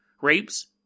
rapes